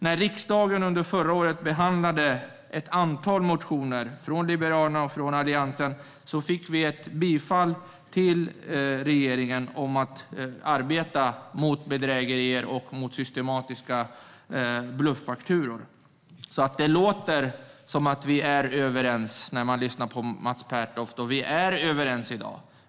När riksdagen under förra året behandlade ett antal motioner från Liberalerna och Alliansen fick vi ett bifall till förslaget att regeringen ska arbeta mot bedrägerier och mot systematiska bluffaktorer. Det låter som om vi är överens när man lyssnar på Mats Pertoft, och vi är överens i dag.